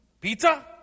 Pizza